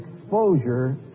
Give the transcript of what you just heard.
exposure